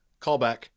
callback